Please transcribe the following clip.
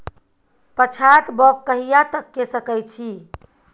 पछात बौग कहिया तक के सकै छी?